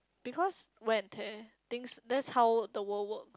because when things that's how the world work